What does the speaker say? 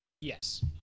Yes